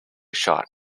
shot